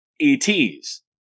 ETS